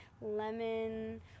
lemon